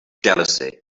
jealousy